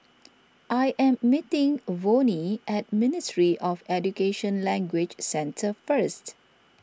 I am meeting Vonnie at Ministry of Education Language Centre first